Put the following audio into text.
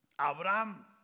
Abraham